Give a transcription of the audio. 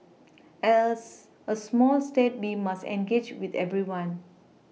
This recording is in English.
as a small state we must engage with everyone